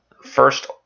first